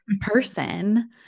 person